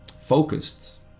focused